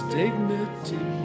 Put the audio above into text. dignity